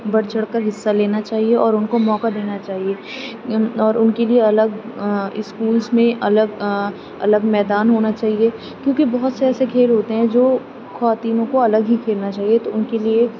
بڑھ چڑھ کر حصہ لینا چاہیے اور ان کو موقع دینا چاہیے اور ان کے لیے الگ اسکولس میں الگ الگ میدان ہونا چاہیے کیوںکہ بہت سے ایسے کھیل ہوتے ہیں جو خواتین کو الگ ہی کھیلنا چاہیے تو ان کے لیے